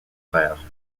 frère